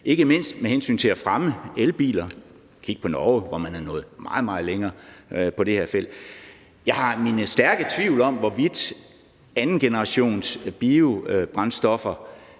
ikke mindst med hensyn til at fremme elbiler. Kig på Norge: Man er nået meget, meget længere på det her felt. Jeg har mine stærke tvivl om, hvorvidt andengenerationsbiobrændstoffer